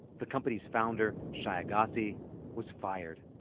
the company's founder, shai agassi was fired.